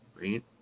right